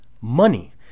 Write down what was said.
money